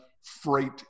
freight